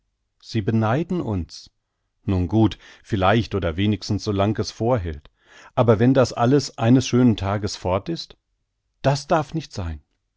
sie beneiden uns nun gut vielleicht oder wenigstens so lang es vorhält aber wenn das alles eines schönen tages fort ist das darf nicht sein